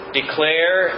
declare